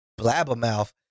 blabbermouth